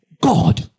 God